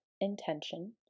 intention